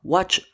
Watch